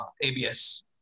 abs